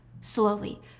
Slowly